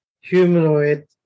humanoid